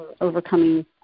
overcoming